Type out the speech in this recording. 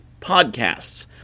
podcasts